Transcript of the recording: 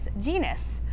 Genus